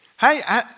Hey